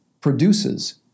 produces